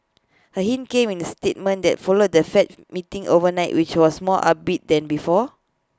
A hint came in the statement that followed the fed meeting overnight which was more upbeat than before